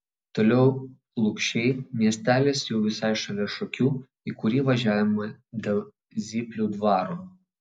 toliau lukšiai miestelis jau visai šalia šakių į kurį važiavome dėl zyplių dvaro